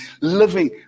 living